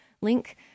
link